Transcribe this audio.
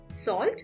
salt